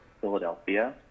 Philadelphia